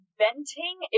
venting